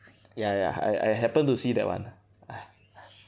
ya ya I I happened to see that one ah